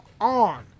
on